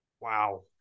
Wow